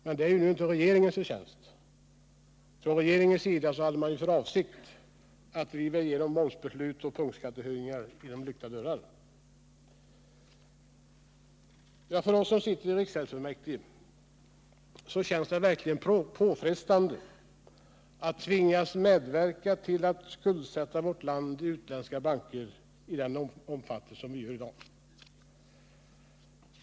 Men detta är ju inte regeringens förtjänst — regeringen hade ju för avsikt att bakom lyckta dörrar driva igenom momsbeslut och punktskattehöjningar. För oss som sitter i riksgäldsfullmäktige känns det verkligen påfrestande att tvingas medverka till att skuldsätta vårt land i utländska banker i den omfattning vi gör i dag.